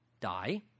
die